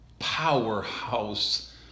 powerhouse